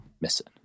Missing